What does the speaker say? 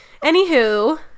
anywho